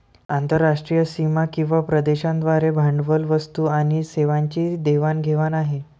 आंतरराष्ट्रीय सीमा किंवा प्रदेशांद्वारे भांडवल, वस्तू आणि सेवांची देवाण घेवाण आहे